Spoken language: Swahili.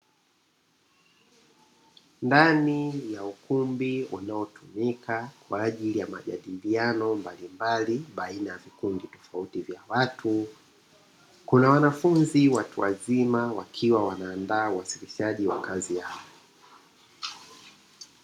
Ndani ya ukumbi unaotumika kwaajili ya majadiliano mbalimbali baina ya vikundi tofauti vya watu, kunawanafunzi watuwazima wakiwa wanaandaa wasilishaji wakazi yao.